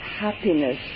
happiness